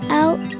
out